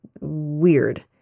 weird